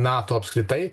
nato apskritai